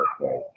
Okay